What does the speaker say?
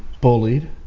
bullied